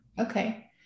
Okay